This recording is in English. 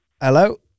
Hello